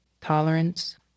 tolerance